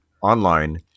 online